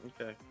Okay